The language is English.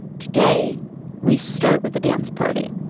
today we start with a dance party